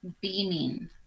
beaming